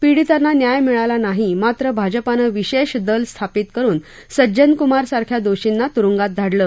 पिडीतांना न्याय मिळाला नाही मात्र भाजपानं विशेष दल स्थापित करुन सज्जनकुमार सारख्या दोषींना तुरुंगात धाडलं